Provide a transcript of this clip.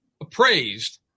appraised